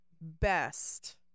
best